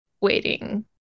waiting